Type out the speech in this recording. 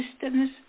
systems